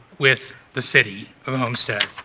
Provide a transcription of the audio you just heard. with the city. of homestead.